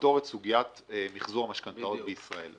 לפתור את סוגיית מחזור המשכנתאות בישראל.